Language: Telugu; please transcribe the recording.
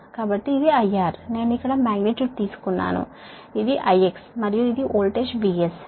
కాబట్టి ఇది IR నేను ఇక్కడ మాగ్నిట్యూడ్ తీసుకున్నాను ఇది IX మరియు ఇది వోల్టేజ్ VS